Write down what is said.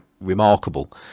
remarkable